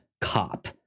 cop